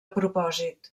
propòsit